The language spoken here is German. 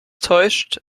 täuscht